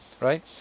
right